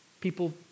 people